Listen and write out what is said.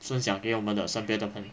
分享给我们的身边的朋友